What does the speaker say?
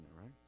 right